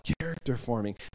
character-forming